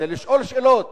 כדי לשאול שאלות,